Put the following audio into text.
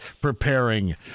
preparing